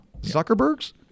Zuckerberg's